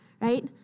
right